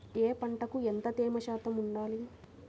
ఏ పంటకు ఎంత తేమ శాతం ఉండాలి?